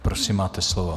Prosím, máte slovo.